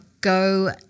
Go